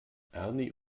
ernie